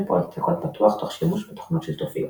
פרויקטי קוד פתוח תוך שימוש בתוכנות שיתופיות.